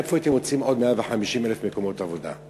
מאיפה הייתם מוצאים עוד 150,000 מקומות עבודה?